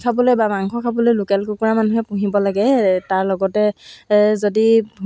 মাৰ মোৰ মাৰ পৰা মাক মই